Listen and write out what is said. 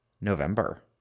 November